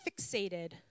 fixated